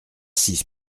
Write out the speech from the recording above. six